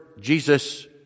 Jesus